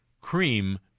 Cream